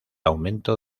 aumento